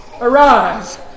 Arise